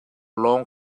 lawng